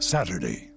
Saturday